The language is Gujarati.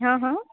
હ હ